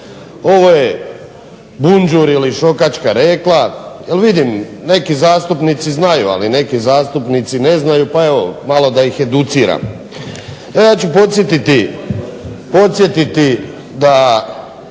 Ovo je bunđur ili šokačka rekla, vidim neki zastupnici znaju, ali neki zastupnici ne znaju pa evo malo da ih educiram. E ja ću podsjetiti da